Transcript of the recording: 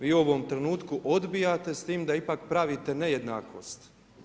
Vi u ovom trenutku odbijate, s time da ipak pravite nejednakost.